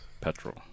petrol